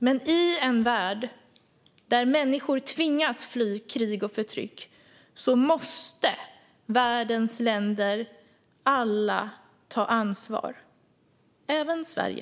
Men i en värld där människor tvingas fly krig och förtryck måste alla världens länder ta ansvar, även Sverige.